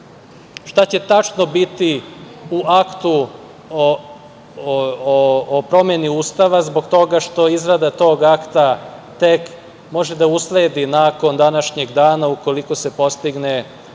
šta će tačno biti u aktu o promeni Ustava zbog toga što izrada tog akta tek može da usledi nakon današnjeg dana ukoliko se postigne